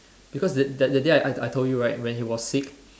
because that that day I I told you right when he was sick